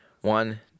one